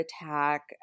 attack